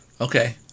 Okay